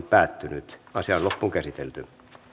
asian käsittely päättyi